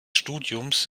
studiums